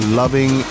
loving